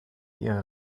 ihre